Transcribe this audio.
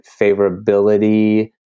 favorability